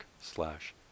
slash